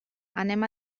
anem